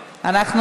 אותה.